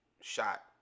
shot